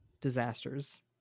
disasters